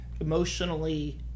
emotionally